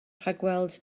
rhagweld